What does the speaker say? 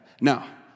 Now